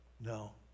No